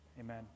amen